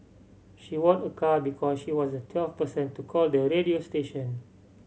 she won a car because she was the twelfth person to call the radio station